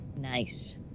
Nice